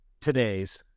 today's